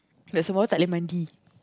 but Sembawang tak boleh mandi